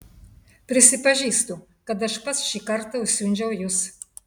prisipažįstu kad aš pats šį kartą užsiundžiau jus